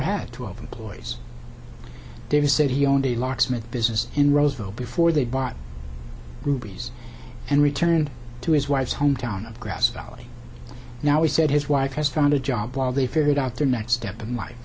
had to open ploys davis said he owned a locksmith business in roseville before they bought rubies and returned to his wife's hometown of grass valley now he said his wife has found a job while they figured out their next step in life